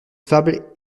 fable